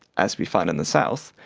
as we find in the south,